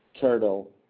turtle